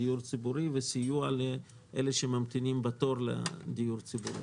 דיור ציבורי וסיוע לאלה שממתינים בתור לדיור הציבורי.